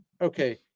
Okay